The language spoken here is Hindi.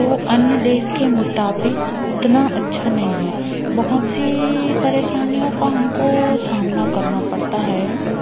तो अन्य देश के मुताबिक उतना अच्छा नहीं हैं बहुत सी परेशानियों का हमको सामना करना पड़ता है